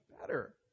better